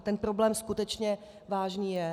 Ten problém skutečně vážný je.